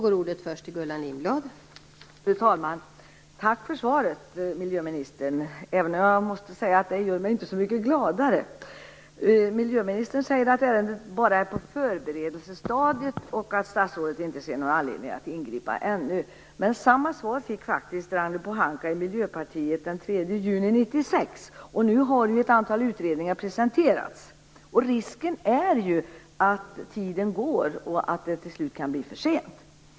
Fru talman! Tack för svaret, miljöministern! Jag måste säga att det inte gör mig så mycket gladare. Miljöministern säger att ärendet bara är på förberedelsestadiet och att statsrådet inte ser någon anledning att ingripa ännu, men samma svar fick faktiskt Ragnhild Pohanka i Miljöpartiet den 3 juni 1996. Nu har ju ett antal utredningar presenterats. Risken är att tiden går och att det till slut kan bli för sent.